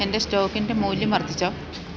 എന്റെ സ്റ്റോക്കിൻ്റെ മൂല്യം വർദ്ധിച്ചോ